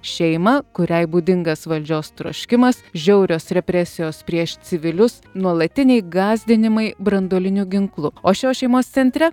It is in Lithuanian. šeimą kuriai būdingas valdžios troškimas žiaurios represijos prieš civilius nuolatiniai gąsdinimai branduoliniu ginklu o šios šeimos centre